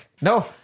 No